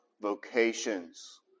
vocations